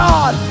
God